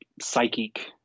psychic